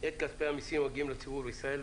את כספי המסים המגיעים לציבור בישראל,